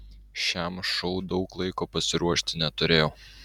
šiam šou daug laiko pasiruošti neturėjau